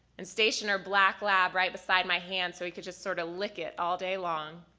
and stationed her black lab right beside my hand so he could just sort of lick it all day long.